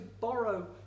borrow